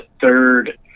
third